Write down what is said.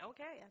Okay